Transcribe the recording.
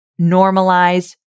normalize